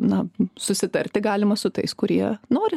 na susitarti galima su tais kurie nori